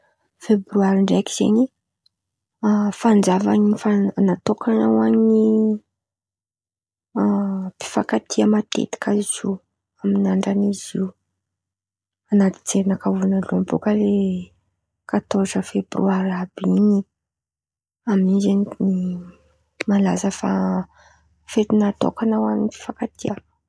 Febroary ndraiky zen̈y fa- fanjava natôkan̈a ho any mpifankatia matetiky izy io amy andra izy io. An̈aty jerinakà vônaloan̈y bôka le katôrza febroary àby in̈y, amin̈'in̈y zen̈y malaza fa fety natôkan̈a ho any mpifankatia.